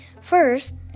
First